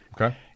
Okay